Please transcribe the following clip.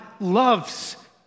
loves